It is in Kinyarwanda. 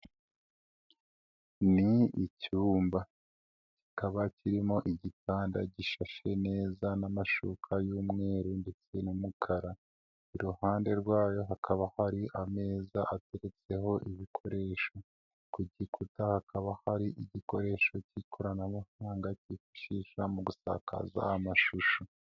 Ni icyumba kikaba kirimo igitanda gishashe neza n'amashuka y'umweru ndetse n'umukara, iruhande rwayo hakaba hari ameza ateretseho ibikoresho, ku gikuta hakaba hari igikoresho k'ikoranabuhanga kifashishwa mu gusakaza amashusho.